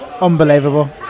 Unbelievable